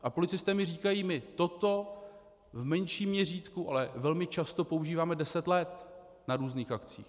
A policisté mi říkají: My toto v menším měřítku, ale velmi často používáme deset let na různých akcích.